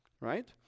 right